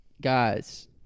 Guys